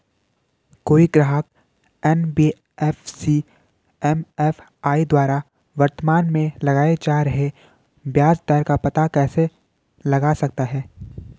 कोई ग्राहक NBFC MFI द्वारा वर्तमान में लगाए जा रहे ब्याज दर का पता कैसे लगा सकता है?